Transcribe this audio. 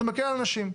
זה מקל על אנשים.